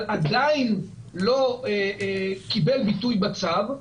אבל עדיין לא קיבל ביטוי בצו,